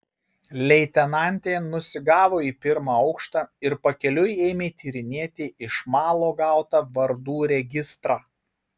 leitenantė nusigavo į pirmą aukštą ir pakeliui ėmė tyrinėti iš malo gautą vardų registrą